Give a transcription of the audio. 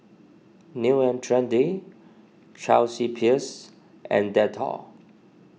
New and Trendy Chelsea Peers and Dettol